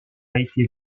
été